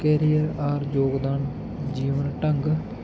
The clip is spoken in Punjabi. ਕੈਰੀਅਰ ਔਰ ਯੋਗਦਾਨ ਜੀਵਨ ਢੰਗ